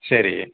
சரி